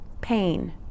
Pain